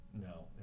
no